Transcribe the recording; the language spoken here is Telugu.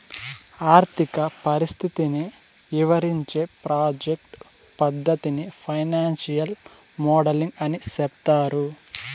ఆర్థిక పరిస్థితిని ఇవరించే ప్రాజెక్ట్ పద్దతిని ఫైనాన్సియల్ మోడలింగ్ అని సెప్తారు